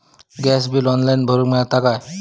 Gas bill online भरुक मिळता काय?